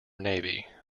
navy